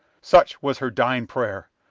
such was her dying prayer!